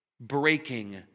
breaking